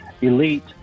Elite